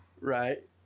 Right